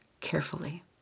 carefully